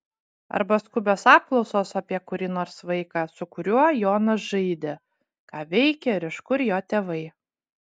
arba skubios apklausos apie kurį nors vaiką su kuriuo jonas žaidė ką veikia ir iš kur jo tėvai